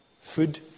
food